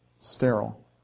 Sterile